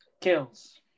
Kills